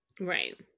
Right